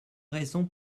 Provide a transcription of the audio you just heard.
raison